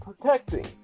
protecting